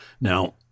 Now